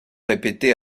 répéter